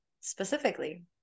specifically